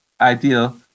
ideal